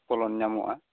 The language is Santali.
ᱯᱷᱚᱞᱚᱱ ᱧᱟᱢᱚᱜᱼᱟ